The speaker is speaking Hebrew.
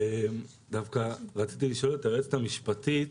דווקא רציתי לשאול את היועצת המשפטית,